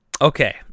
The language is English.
Okay